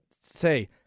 say